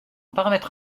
paramètre